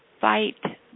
fight